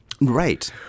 Right